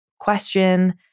question